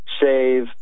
save